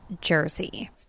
jersey